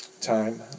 time